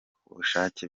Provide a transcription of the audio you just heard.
kubushake